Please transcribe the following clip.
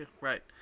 Right